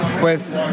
Pues